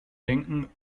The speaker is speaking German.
denken